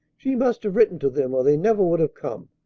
she must have written to them or they never would have come.